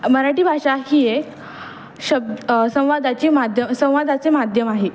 मराठी भाषा हीए शब् संवादाची माध्यम संवादाचे माध्यम आहे